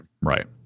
Right